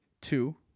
two